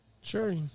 Sure